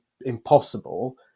impossible